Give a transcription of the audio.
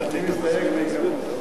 מסתייג, מאה אחוז.